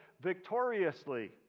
victoriously